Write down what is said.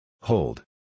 Hold